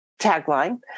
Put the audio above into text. tagline